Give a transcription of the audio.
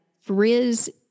Frizz